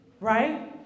right